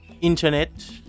internet